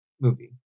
movie